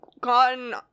gone